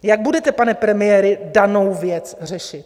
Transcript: Jak budete, pane premiére, danou věc řešit?